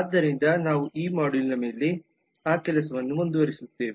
ಆದ್ದರಿಂದ ನಾವು ಈ ಮಾಡ್ಯೂಲ್ನ ಮೇಲೆ ಆ ಕೆಲಸವನ್ನು ಮುಂದುವರಿಸುತ್ತೇವೆ